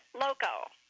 loco